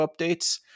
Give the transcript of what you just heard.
updates